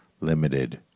limited